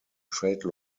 trade